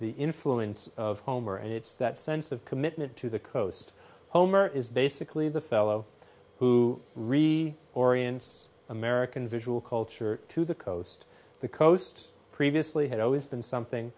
the influence of homer and it's that sense of commitment to the coast homer is basically the fellow who re orients american visual culture to the coast the coast previously had always been something